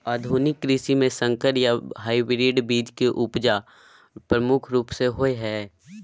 आधुनिक कृषि में संकर या हाइब्रिड बीज के उपजा प्रमुख रूप से होय हय